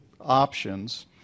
options